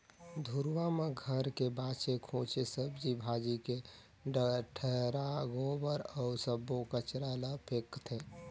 घुरूवा म घर के बाचे खुचे सब्जी भाजी के डठरा, गोबर अउ सब्बो कचरा ल फेकथें